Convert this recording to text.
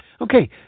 Okay